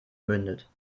mündet